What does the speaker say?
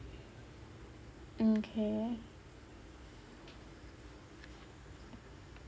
mm okay